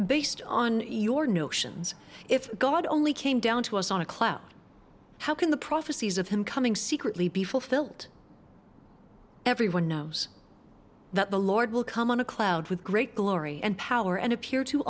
based on your notions if god only came down to us on a cloud how can the prophecies of him coming secretly be fulfilled everyone knows that the lord will come on a cloud with great glory and power and appear to